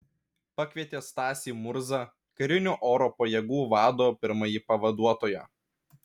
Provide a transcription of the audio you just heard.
pakvietė stasį murzą karinių oro pajėgų vado pirmąjį pavaduotoją